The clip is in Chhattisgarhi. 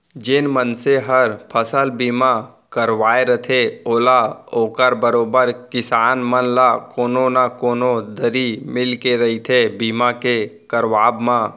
जेन मनसे हर फसल बीमा करवाय रथे ओला ओकर बरोबर किसान मन ल कोनो न कोनो दरी मिलके रहिथे बीमा के करवाब म